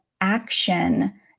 action